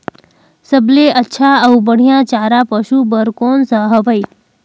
सबले अच्छा अउ बढ़िया चारा पशु बर कोन सा हवय?